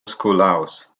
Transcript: schoolhouse